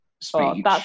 speech